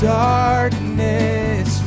darkness